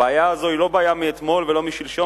הבעיה הזו היא לא בעיה מאתמול ולא משלשום